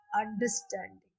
understanding